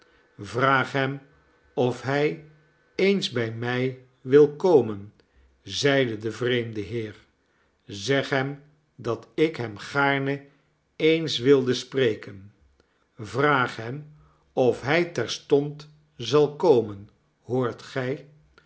hem of hij eens bij mij wil komen zeide de vreemde heer zeg hem dat ik hem gaarne eens wilde spreken vraag hem of hij terstond zal komen hoort gij